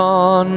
on